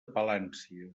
palància